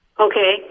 Okay